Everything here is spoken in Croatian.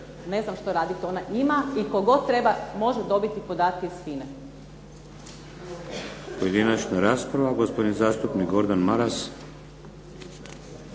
ne znam što raditi ona ima, i tko god treba može dobiti podatke iz FINA-e.